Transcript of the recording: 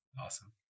awesome